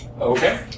Okay